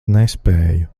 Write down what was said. nespēju